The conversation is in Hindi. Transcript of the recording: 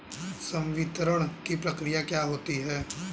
संवितरण की प्रक्रिया क्या होती है?